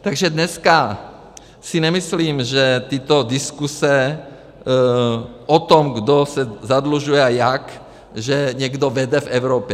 Takže dneska si nemyslím, že tyto diskuse o tom, kdo se zadlužuje a jak, že někdo vede v Evropě.